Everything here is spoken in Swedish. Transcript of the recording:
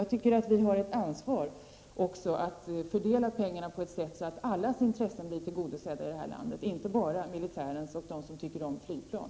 Jag tycker att vi har ett ansvar att fördela pengarna på ett sådant sätt att allas intressen blir tillgodosedda i vårt land, inte bara militärens och de människors som tycker om flygplan.